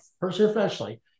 personally